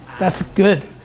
that's good.